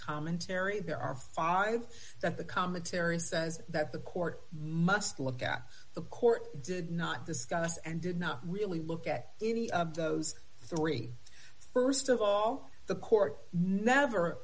commentary there are five that the commentary says that the court must look at the court did not discuss and did not really look at any of those three st of all the court never